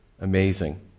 Amazing